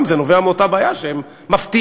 זה נובע גם מאותה בעיה שהם מפתיעים,